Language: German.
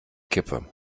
kippe